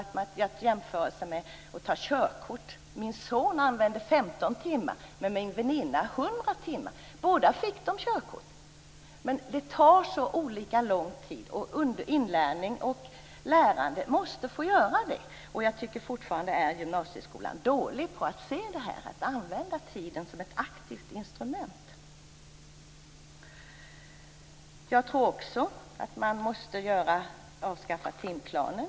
Låt mig göra en jämförelse med hur det är att ta körkort. Min son använde 15 timmar och min väninna 100 timmar, men båda fick körkort. Inlärning tar så olika lång tid, och det måste den få göra. Jag tycker att gymnasieskolan fortfarande är dålig på att använda tiden som ett aktivt instrument. Jag tror också att man måste avskaffa timplanen.